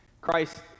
Christ